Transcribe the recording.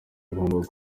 agomba